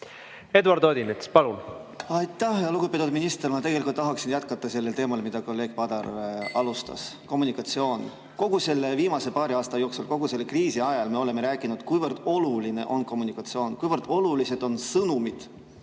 Eduard Odinets, palun!